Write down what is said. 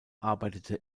arbeitete